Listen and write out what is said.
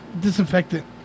Disinfectant